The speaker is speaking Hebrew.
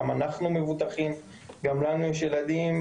והרי גם אנחנו מבוטחים וגם לנו יש ילדים,